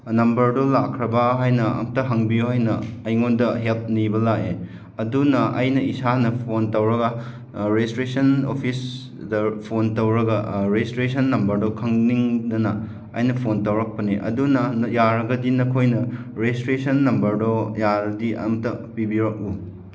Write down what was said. ꯅꯝꯕꯔꯗꯣ ꯂꯥꯛꯈ꯭ꯔꯕ꯭ꯔꯥ ꯍꯥꯏꯅ ꯑꯃꯨꯛꯇ ꯍꯪꯕꯤꯌꯣ ꯍꯥꯏꯅ ꯑꯩꯉꯣꯟꯗ ꯍꯦꯜꯞ ꯅꯤꯕ ꯂꯥꯛꯑꯦ ꯑꯗꯨꯅ ꯑꯩꯅ ꯏꯁꯥꯅ ꯐꯣꯟ ꯇꯧꯔꯒ ꯔꯤꯖꯤꯁꯇ꯭ꯔꯦꯁꯟ ꯑꯣꯐꯤꯁꯗ ꯐꯣꯟ ꯇꯧꯔꯒ ꯔꯤꯖꯤꯁꯇ꯭ꯔꯦꯁꯟ ꯅꯝꯕꯔꯗꯣ ꯈꯪꯅꯤꯡꯗꯅ ꯑꯩꯅ ꯐꯣꯟ ꯇꯧꯔꯛꯄꯅꯤ ꯑꯗꯨꯅ ꯌꯥꯔꯒꯗꯤ ꯅꯈꯣꯏꯅ ꯔꯤꯖꯤꯁꯇ꯭ꯔꯦꯁꯟ ꯅꯝꯕꯔꯗꯣ ꯌꯥꯔꯗꯤ ꯑꯃꯇ ꯄꯤꯕꯤꯔꯛꯎ